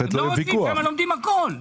שם לומדים הכול.